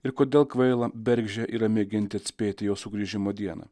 ir kodėl kvaila bergždžia yra mėginti atspėti jo sugrįžimo dieną